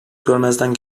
görmezden